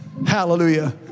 hallelujah